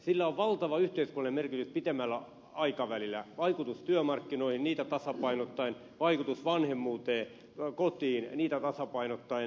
sillä on valtava yhteiskunnallinen merkitys pitemmällä aikavälillä vaikutus työmarkkinoihin niitä tasapainottaen vaikutus vanhemmuuteen kotiin niitä tasapainottaen